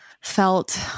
felt